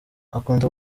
akunda